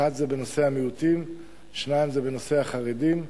האחד זה נושא המיעוטים, השני זה נושא החרדים,